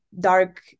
dark